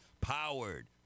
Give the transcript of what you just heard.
powered